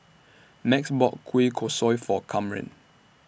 Max bought Kueh Kosui For Kamren